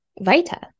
vita